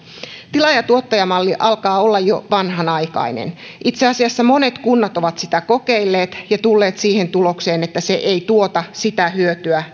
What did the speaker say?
tilaaja tuottaja malli alkaa olla jo vanhanaikainen itse asiassa monet kunnat ovat sitä kokeilleet ja tulleet siihen tulokseen että se ei tuota sitä hyötyä